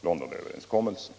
Londonöverenskommelsen.